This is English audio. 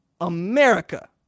America